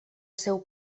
seu